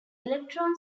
electron